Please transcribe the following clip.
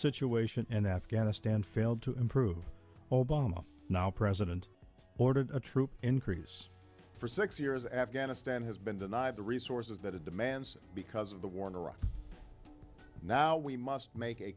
situation in afghanistan failed to improve obama now president ordered a troop increase for six years afghanistan has been denied the resources that it demands because of the war in iraq now we must make a